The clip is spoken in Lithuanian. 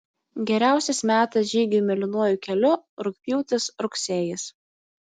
geriausias metas žygiui mėlynuoju keliu rugpjūtis rugsėjis